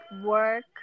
work